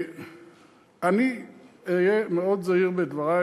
אני אהיה מאוד זהיר בדברי,